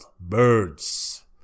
birds